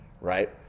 right